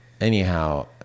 Anyhow